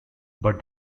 but